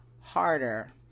harder